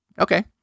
okay